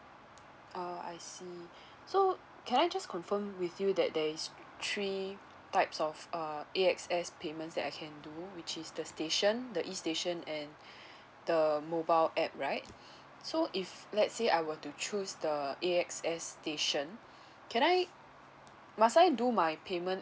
orh I see so can I just confirm with you that there is three types of uh A_X_S payments that I can do which is the station the E station and the mobile app right so if let's say I were to choose the A_X_S station can I must I do my payment